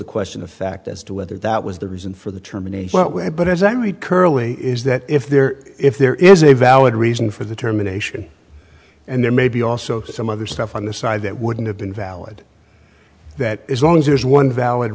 a question of fact as to whether that was the reason for the terminate but as i read curley is that if there if there is a valid reason for the terminations and there may be also some other stuff on the side that wouldn't have been valid that is long as there is one valid